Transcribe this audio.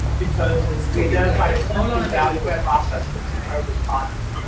because we identified a clinically valuable process that's incredibly costly